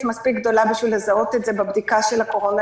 מספיק גדולה בשביל לזהות את זה בבדיקה של הקורונה,